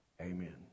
amen